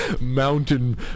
Mountain